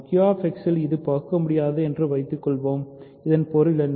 QX இல் இது பகுக்கமுடியாது என்று வைத்துக்கொள்வோம் இதன் பொருள் என்ன